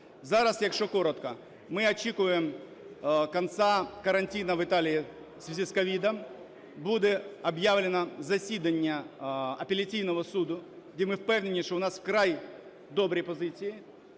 Зараз, якщо коротко, ми очікуємо кінця карантину в Італії в связи з COVID, буде об'явлено засідання апеляційного суду, де ми впевнені, що у нас вкрай добрі позиції,